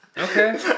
Okay